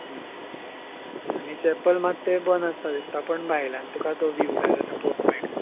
आनी चॅपल मात तें बंद आसता दिसता पूण भायलाल्यान तुका तो व्यूव जाय जाल्या पळोवंक मेळटलो